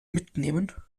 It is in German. mitnehmen